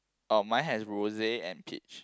oh my has rose and peach